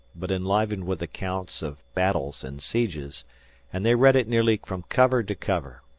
but enlivened with accounts of battles and sieges and they read it nearly from cover to cover.